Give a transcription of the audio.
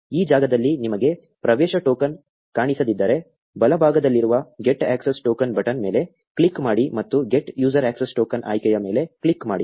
ಈ ಜಾಗದಲ್ಲಿ ನಿಮಗೆ ಪ್ರವೇಶ ಟೋಕನ್ ಕಾಣಿಸದಿದ್ದರೆ ಬಲಭಾಗದಲ್ಲಿರುವ get access token ಬಟನ್ ಮೇಲೆ ಕ್ಲಿಕ್ ಮಾಡಿ ಮತ್ತು get user access token ಆಯ್ಕೆಯ ಮೇಲೆ ಕ್ಲಿಕ್ ಮಾಡಿ